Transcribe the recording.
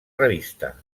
revista